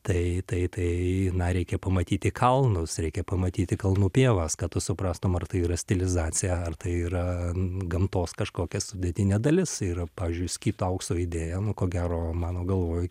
tai taitai na reikia pamatyti kalnus reikia pamatyti kalnų pievas kad tu suprastum ar tai yra stilizacija ar tai yra gamtos kažkokia sudėtinė dalis ir pavyzdžiui skitų aukso idėja nu ko gero mano galvoj